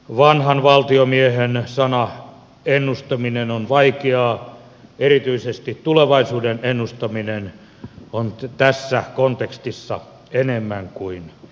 vanhan valtiomiehen sana ennustaminen on vaikeaa erityisesti tulevaisuuden ennustaminen on tässä kontekstissa enemmän kuin totta